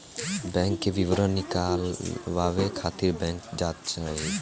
bank के विवरण निकालवावे खातिर बैंक जात रही